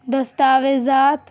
دستاویزات